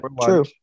true